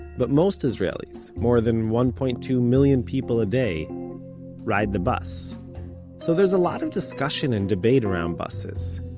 but most israelis more than one point two million people a day ride the bus so there's a lot of discussion and debate around buses.